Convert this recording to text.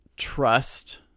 trust